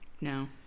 No